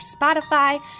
Spotify